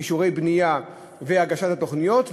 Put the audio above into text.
אישורי בנייה והגשת התוכניות,